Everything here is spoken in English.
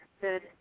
good